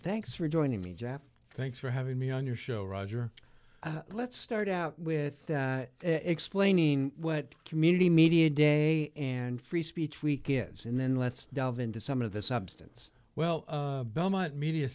thanks for joining me jeff thanks for having me on your show roger let's start out with explaining what community media day and free speech week is and then let's delve into some of the substance well belmont media